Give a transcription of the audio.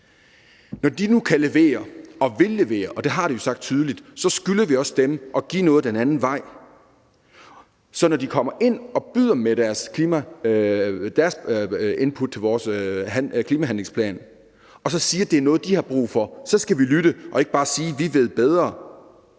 Når de nu kan levere og vil levere, og det har de jo sagt tydeligt, så skylder vi også dem at give noget den anden vej. Så når de kommer og byder ind med deres input til vores klimahandlingsplan og siger, at det er noget, de har brug for, så skal vi lytte og ikke bare sige, at vi ved bedre.